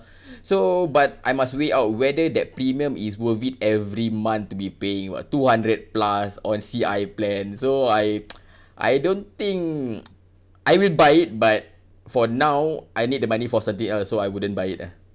so but I must weigh out whether that premium is worth it every month to be paying [what] two hundred plus on C_I plan so I I don't think I will buy it but for now I need the money for something else so I wouldn't buy it ah